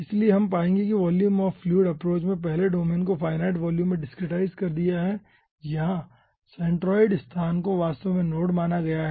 इसलिए हम पाएंगे कि वॉल्यूम ऑफ़ फ्लुइड एप्रोच ने पहले डोमेन को फाईनाइट वॉल्यूम में डिस्क्रिटिज़ेड कर दिया है जहाँ सेंटरोइड स्थान को वास्तव में नोड माना गया है